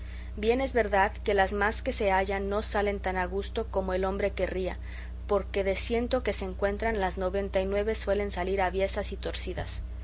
bien es verdad que las más que se hallan no salen tan a gusto como el hombre querría porque de ciento que se encuentran las noventa y nueve suelen salir aviesas y torcidas